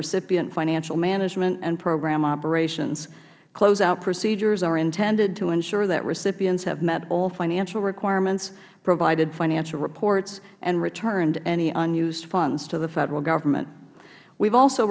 recipient financial management and program operations closeout procedures are intended to ensure that recipients have met all financial requirements provided financial reports and returned any unused funds to the federal government we have also